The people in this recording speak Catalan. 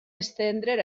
estendre